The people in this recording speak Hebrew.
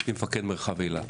הייתי מפקד מרחב אילת.